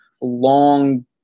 long